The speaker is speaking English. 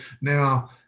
now